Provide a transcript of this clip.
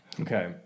Okay